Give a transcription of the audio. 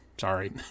Sorry